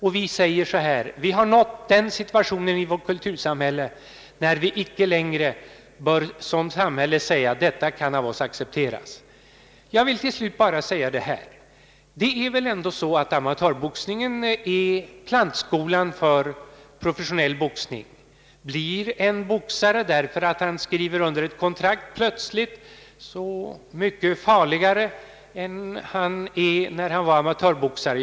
Vi har nått den situationen i vårt kultursamhälle när vi icke längre bör säga att detta kan av oss accepteras. Till slut vill jag bara säga att amatörboxningen väl ändå är plantskolan för den professionella boxningen. Blir en boxare, därför att han skriver under ett kontrakt, plötsligt så mycket farligare än han var som amatörboxare?